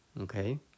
okay